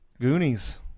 Goonies